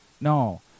No